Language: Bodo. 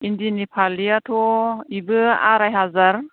इन्दिनि फालियाथ' बेबो आराय हाजार